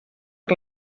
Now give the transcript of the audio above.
per